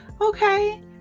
okay